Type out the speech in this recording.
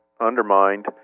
undermined